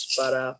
para